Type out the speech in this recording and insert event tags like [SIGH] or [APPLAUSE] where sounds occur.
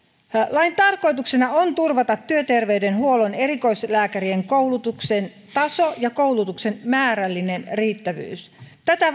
lain tarkoituksena on turvata työterveyshuollon erikoislääkärien koulutuksen taso ja koulutuksen määrällinen riittävyys tätä [UNINTELLIGIBLE]